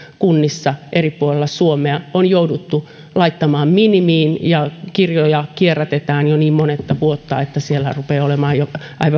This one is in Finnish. kunnissa eri puolilla suomea on jouduttu laittamaan minimiin ja kirjoja kierrätetään jo niin monetta vuotta että siellä rupeaa olemaan jo aivan vanhentunutta